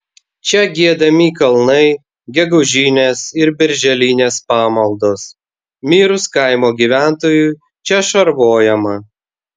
čia giedami kalnai gegužinės ir birželinės pamaldos mirus kaimo gyventojui čia šarvojama